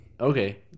okay